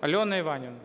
Альона Іванівна!)